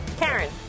Karen